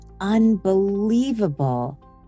unbelievable